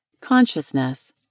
Consciousness